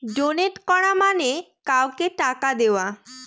donate করা মানে কাউকে টাকা দেওয়া